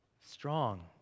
Strong